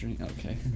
Okay